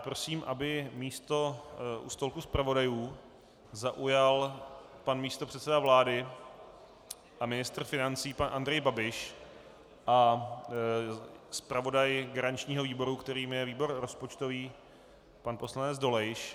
Prosím, aby místo u stolku zpravodajů zaujal místopředseda vlády a ministr financí, pan Andrej Babiš, a zpravodaj garančního výboru, kterým je výbor rozpočtový, pan poslanec Dolejš.